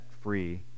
free